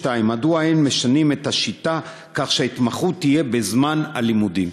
2. מדוע אין משנים את השיטה כך שההתמחות תהיה בזמן הלימודים?